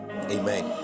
amen